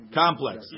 complex